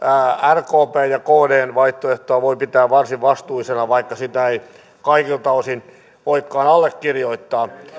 rkpn ja kdn vaihtoehtoja voi pitää varsin vastuullisina vaikka niitä ei kaikilta osin voikaan allekirjoittaa